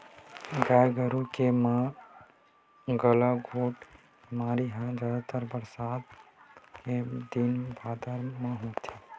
गाय गरु के म गलाघोंट बेमारी ह जादातर बरसा के दिन बादर म होथे